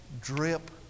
drip